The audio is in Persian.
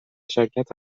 شرکت